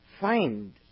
find